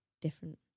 different